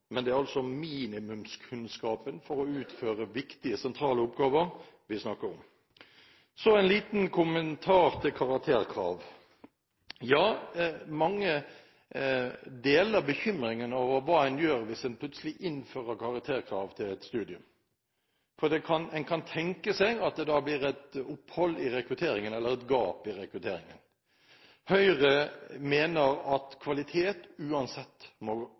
Men det er altså minimumskunnskapen for å utføre viktige, sentrale oppgaver vi snakker om. Så en liten kommentar til karakterkrav. Ja, mange deler bekymringen over hva en gjør hvis en plutselig innfører karakterkrav til et studium, for en kan tenke seg at det da blir et opphold, eller et gap i rekrutteringen. Høyre mener at kvalitet uansett må gå